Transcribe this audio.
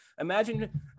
imagine